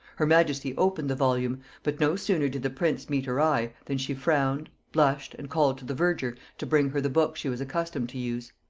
her majesty opened the volume but no sooner did the prints meet her eye, than she frowned, blushed, and called to the verger to bring her the book she was accustomed to use.